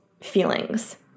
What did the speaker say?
feelings